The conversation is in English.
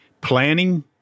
Planning